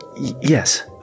yes